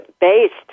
based